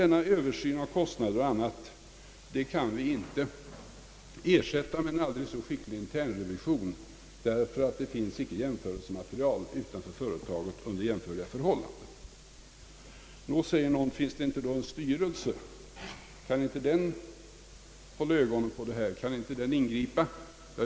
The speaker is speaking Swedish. Denna översyn av kostnaderna och annat kan vi inte ersätta med en än aldrig så skicklig intern revision, ty det finns inte något jämförelsematerial utanför företaget under jämförliga förhållanden. Nå, säger någon, finns det inte en styrelse? Kan inte den hålla ögonen på detta? Kan inte den ingripa?